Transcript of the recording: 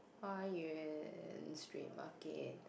Hua Yuan street market